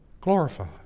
Glorified